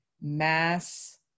mass